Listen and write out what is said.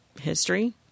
history